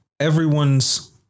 Everyone's